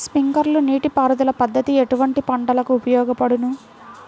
Sprinkler నీటిపారుదల పద్దతి ఎటువంటి పంటలకు ఉపయోగపడును?